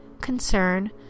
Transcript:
concern